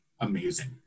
amazing